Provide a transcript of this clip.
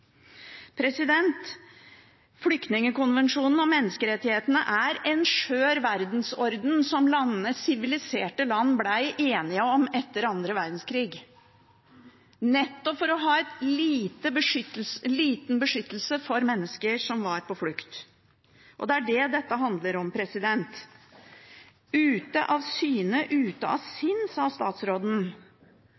Flyktningkonvensjonen og menneskerettighetene er en skjør verdensorden som siviliserte land ble enige om etter den andre verdenskrigen, nettopp for å ha en liten beskyttelse for mennesker på flukt. Det er det dette handler om. Ute av syne, ute av